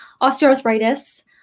osteoarthritis